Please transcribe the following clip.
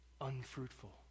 unfruitful